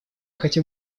хотел